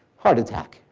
heart attack.